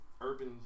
urban